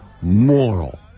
moral